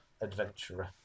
adventurer